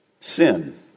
sin